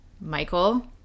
Michael